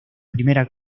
primera